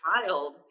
child